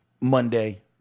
Monday